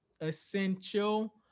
essential